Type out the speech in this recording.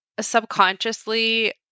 subconsciously